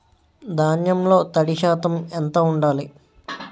ధాన్యంలో తడి శాతం ఎంత ఉండాలి?